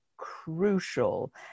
crucial